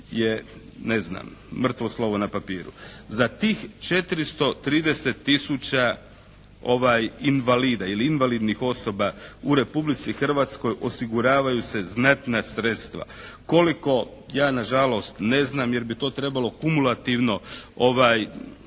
ne znam, mrtvo slovo na papiru. Za tih 430 tisuća invalida ili invalidnih osoba u Republici Hrvatskoj osiguravaju se znatna sredstva. Koliko, ja nažalost ne znam, jer bi to trebalo kumulativno